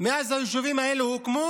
מאז היישובים האלה הוקמו,